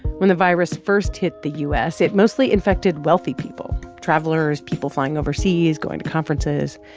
when the virus first hit the u s, it mostly infected wealthy people travelers, people flying overseas, going to conferences.